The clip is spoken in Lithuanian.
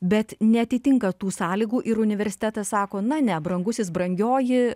bet neatitinka tų sąlygų ir universitetas sako na ne brangusis brangioji